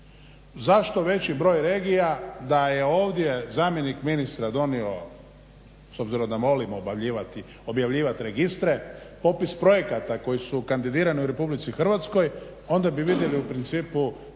Zašto veći broj regija da je ovdje zamjenik ministra donio s obzirom da volimo objavljivati registre popis projekata koji su kandidirani u Republici Hrvatskoj, onda bi vidjeli u principu